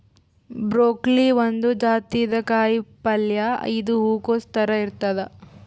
broccoli ಒಂದ್ ಜಾತಿದ್ ಕಾಯಿಪಲ್ಯ ಇದು ಹೂಕೊಸ್ ಥರ ಇರ್ತದ್